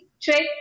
trick